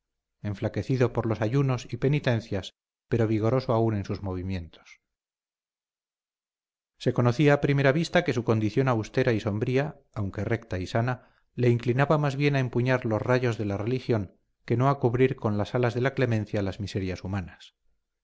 enflaquecido por los ayunos y penitencias pero vigoroso aun en sus movimientos se conocía a primera vista que su condición austera y sombría aunque recta y sana le inclinaba más bien a empuñar los rayos de la religión que no a cubrir con las alas de la clemencia las miserias humanas